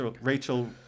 Rachel